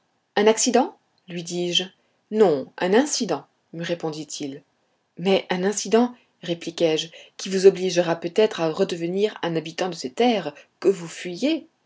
un accident lui dis-je non un incident me répondit-il mais un incident répliquai-je qui vous obligera peut-être à redevenir un habitant de ces terres que vous fuyez